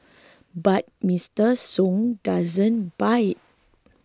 but Mister Sung doesn't buy it